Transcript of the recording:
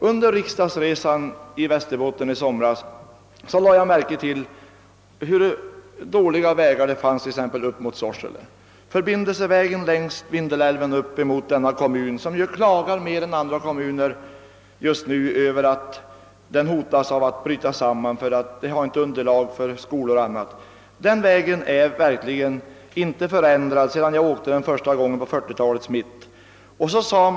Under riksdagsresan i Västerbotten i somras lade jag märke till hur dåliga vägar det fanns t.ex. upp mot Sorsele. Förbindelseleden längs Vindelälven mot denna kommun — som just nu klagar mer än andra kommuner över att den hotas av sammanbrott, eftersom den inte har underlag för skolor och annan samhällsservice är fortfarande likadan som när jag åkte den första gången i 1940 talets mitt.